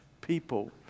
people